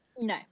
No